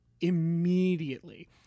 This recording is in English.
Immediately